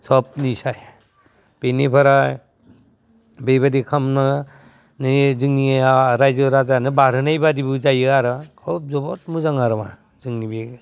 सबनिसाय बिनिफोराय बेबायदि खामनानै जोंनिया रायजो राजानो बारहोनायबायदिबो जायो आरो खोब जोबोद मोजां आरो मा जोंनि बे